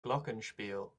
glockenspiel